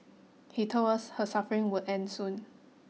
he told us her suffering would end soon